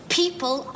people